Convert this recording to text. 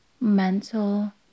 mental